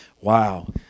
Wow